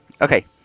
Okay